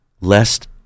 lest